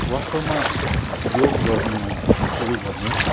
वास्तवमा योग गर्न सुरु गर्ने